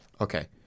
Okay